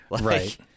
right